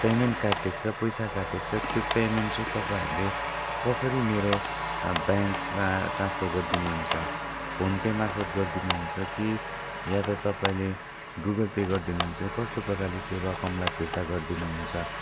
payment काटिएको छ पैसा काटिएको छ त्यो पेमेन्ट चाहिँ तपाईँहरूले कसरी मेरो ब्याङ्कमा ट्रान्सफर गरिदिनु हुन्छ फोन पे मार्फत गरिदिनु हुन्छ कि वा त तपाईँले गुगल पे गरिदिनु हुन्छ कस्तो प्रकारले त्यो रकमलाई फिर्ता गरिदिनु हुन्छ